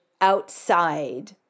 outside